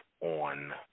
on